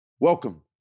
Welcome